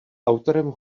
autorem